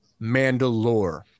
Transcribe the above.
Mandalore